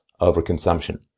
overconsumption